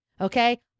okay